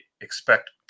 expect